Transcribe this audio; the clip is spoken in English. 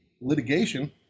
litigation